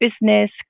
business